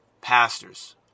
pastors